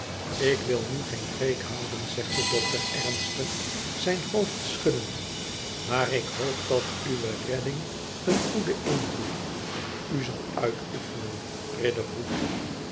ik wil nu geen preek houden zegt de dokter ernstig zijn hoofd schuddend maar ik hoop dat uwe redding een goeden invloed op u zal uitoefenen riderhood